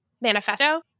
manifesto